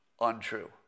untrue